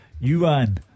Yuan